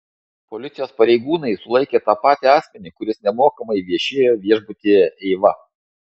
policijos pareigūnai sulaikė tą patį asmenį kuris nemokamai viešėjo viešbutyje eiva